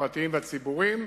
הפרטיים והציבוריים,